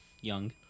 young